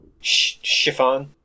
chiffon